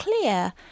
clear